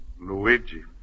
Luigi